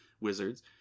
wizards